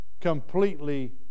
completely